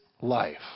life